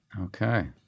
okay